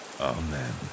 Amen